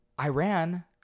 Iran